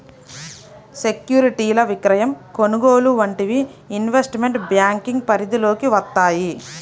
సెక్యూరిటీల విక్రయం, కొనుగోలు వంటివి ఇన్వెస్ట్మెంట్ బ్యేంకింగ్ పరిధిలోకి వత్తయ్యి